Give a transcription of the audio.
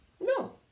No